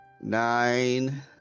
nine